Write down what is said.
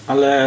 Ale